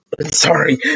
Sorry